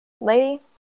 lady